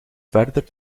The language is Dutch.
verder